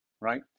right